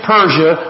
Persia